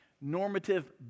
normative